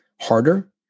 harder